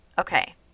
Okay